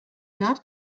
not